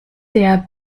der